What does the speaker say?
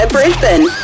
Brisbane